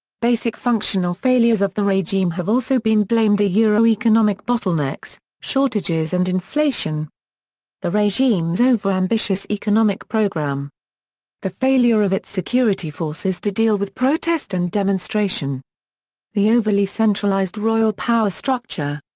basic functional failures of the regime have also been blamed ah economic bottlenecks, shortages and inflation the regime's over-ambitious economic program the failure of its security forces to deal with protest and demonstration the overly centralized royal power structure.